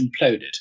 imploded